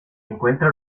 encuentra